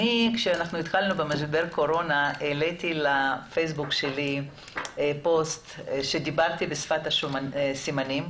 כשהתחיל משבר קורונה העליתי לפייסבוק שלי פוסט שדיברתי בו בשפת הסימנים.